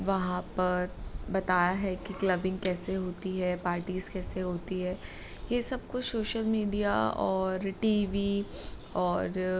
वहाँ पर बताया है कि क्लबिंग कैसे होती है पार्टीज़ कैसे होती हैं ये सब कुछ शोशल मीडिया और टी वी और